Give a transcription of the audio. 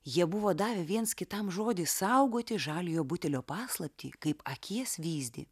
jie buvo davę viens kitam žodį saugoti žaliojo butelio paslaptį kaip akies vyzdį